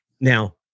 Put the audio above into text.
Now